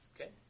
Okay